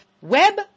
web